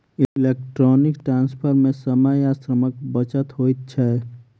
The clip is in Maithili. इलेक्ट्रौनीक ट्रांस्फर मे समय आ श्रमक बचत होइत छै